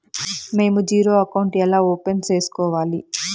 మేము zero account ఎలా open సేసుకోవాలి